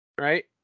right